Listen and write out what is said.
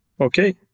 Okay